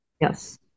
Yes